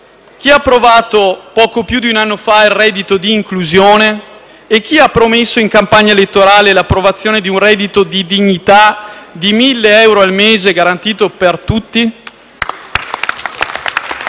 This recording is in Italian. Chi ha approvato poco più di un anno fa il reddito di inclusione e chi ha promesso in campagna elettorale l'approvazione di un reddito di dignità di 1.000 euro al mese, garantito per tutti?